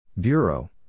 Bureau